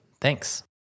thanks